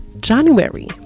january